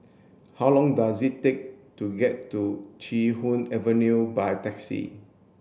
how long does it take to get to Chee Hoon Avenue by taxi